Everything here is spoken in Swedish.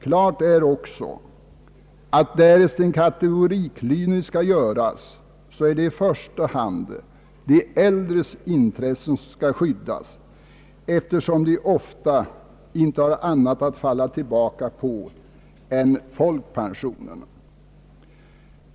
Klart är också att därest en kategoriklyvning skall göras är det i första hand de äldres intressen som skall skyddas, eftersom de ofta inte har annat att falla tillbaka på än folkpensionen.